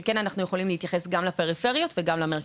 אנחנו יכולים להתייחס גם לפריפריות וגם למרכז.